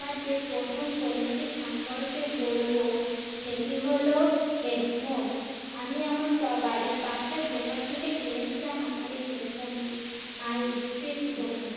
আমার যে প্রথম পণ্যটি সম্পর্কে বলবো সেটি হল হেডফোন আমি আমার পা বাড়ির পাশের দোকান থেকে কিনেছিলাম আমার এই হেডফোনটি মা ইলেকট্রিক দোকান